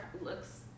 looks